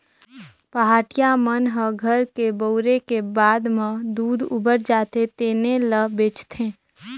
पहाटिया मन ह घर के बउरे के बाद म दूद उबर जाथे तेने ल बेंचथे